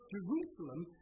Jerusalem